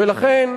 ולכן,